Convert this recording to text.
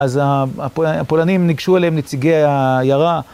אז הפולנים ניגשו אליהם נציגי העיירה.